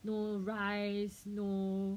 no rice no